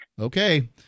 Okay